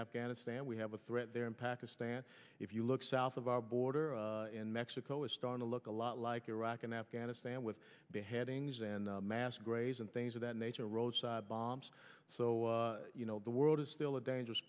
afghanistan we have a threat there in pakistan if you look south of our border in mexico is starting to look a lot like iraq and afghanistan with beheadings and mass graves and things of that nature roadside bombs so you know the world is still a dangerous